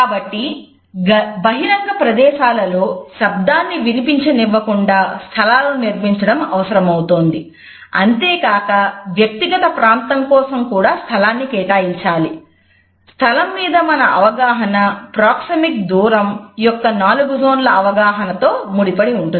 కాబట్టి బహిరంగ ప్రదేశాలలో శబ్దాన్ని వినిపించనివ్వకుండా అవగాహనతో ముడిపడి ఉంది